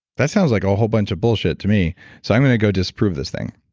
that sounds like a whole bunch of bullshit to me so i'm going to go disprove this thing.